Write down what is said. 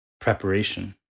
preparation